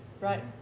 Right